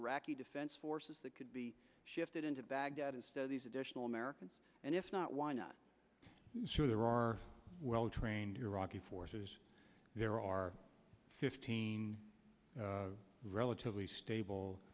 iraqi defense forces that could be shifted into baghdad as these additional american and if not why not sure there are well trained iraqi forces there are fifteen relatively stable